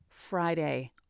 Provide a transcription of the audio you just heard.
Friday